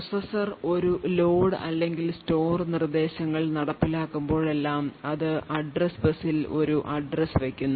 processor ഒരു load അല്ലെങ്കിൽ store നിർദ്ദേശങ്ങൾ നടപ്പിലാക്കുമ്പോഴെല്ലാം അത് address bus ൽ ഒരു address വയ്ക്കുന്നു